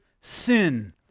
sin